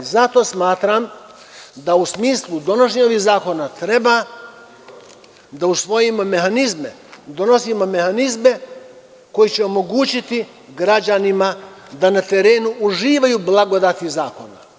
Zato smatram da u smislu donošenja ovih zakona treba da usvojimo mehanizme, donosimo mehanizme koji će omogućiti građanima da na terenu uživaju blagodeti tih zakona.